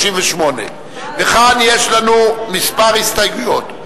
וכאן יש לנו כמה הסתייגויות.